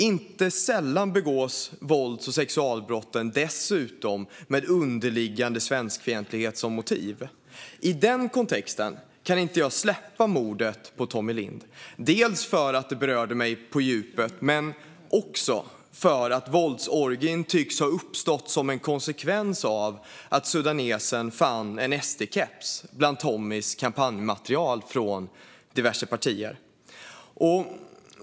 Inte sällan begås vålds och sexualbrotten dessutom med underliggande svenskfientlighet som motiv. I denna kontext kan jag inte släppa mordet på Tommie Lindh, dels för att det berörde mig på djupet, dels för att våldsorgien tycks ha uppstått som en konsekvens av att sudanesen fann en SD-keps bland Tommies kampanjmaterial från diverse partier.